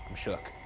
shook.